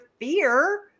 fear